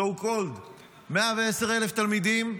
so called, 110,000 תלמידים,